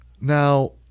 Now